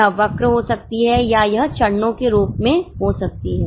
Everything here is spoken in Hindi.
यह वक्र हो सकती है या यह चरणों के रूप में हो सकती है